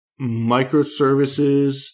microservices